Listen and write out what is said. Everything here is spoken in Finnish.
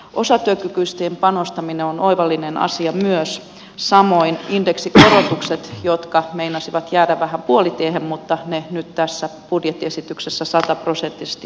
osatyökykyisiin panostaminen on oivallinen asia myös samoin indeksikorotukset jotka meinasivat jäädä vähän puolitiehen mutta ne nyt tässä budjettiesityksessä sataprosenttisesti hoidetaan